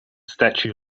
statue